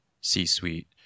C-suite